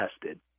tested